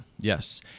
yes